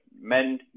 men